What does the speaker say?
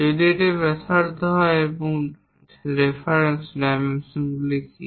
যদি এটি ব্যাসার্ধ হয় এবং রেফারেন্স ডাইমেনশনগুলি কী